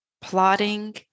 plotting